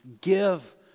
give